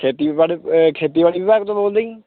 ਖੇਤੀਬਾੜੀ ਖੇਤੀਬਾੜੀ ਵਿਭਾਗ ਤੋਂ ਬੋਲਦੇ ਜੀ